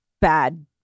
bad